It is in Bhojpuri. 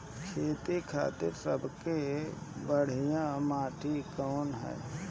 खेती खातिर सबसे बढ़िया माटी कवन ह?